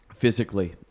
physically